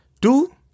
Two